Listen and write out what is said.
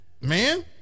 man